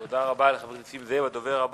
תודה רבה לחבר הכנסת